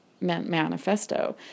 manifesto